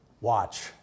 watch